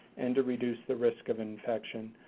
and to reduce the risk of infection.